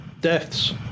deaths